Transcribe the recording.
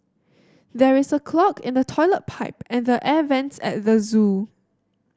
there is a clog in the toilet pipe and the air vents at the zoo